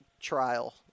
trial